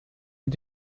mit